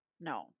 No